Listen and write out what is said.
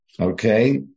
Okay